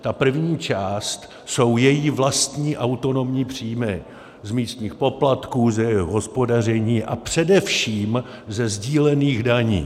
Ta první část jsou její vlastní autonomní příjmy z místních poplatků, z jejich hospodaření a především ze sdílených daní.